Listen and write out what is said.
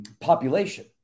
population